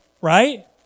right